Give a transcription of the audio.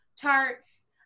tarts